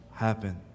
happen